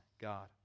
God